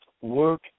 work